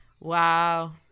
Wow